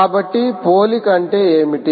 కాబట్టి పోలిక అంటే ఏమిటి